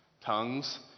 Tongues